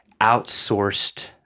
outsourced